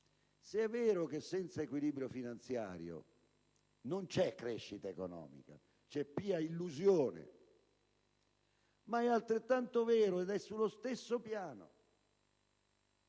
Se è vero che senza equilibrio finanziario non c'è crescita economica, ma c'è pia illusione, è altrettanto vera e sullo stesso piano